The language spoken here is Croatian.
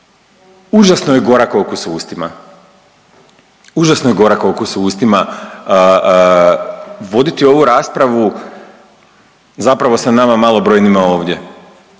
užasno je gorak okus u ustima, užasno je gorak okus u ustima voditi ovu raspravu zapravo sa nama malobrojnima ovdje,